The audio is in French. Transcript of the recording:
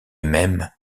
même